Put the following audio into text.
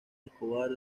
escobar